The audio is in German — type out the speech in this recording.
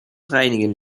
reinigen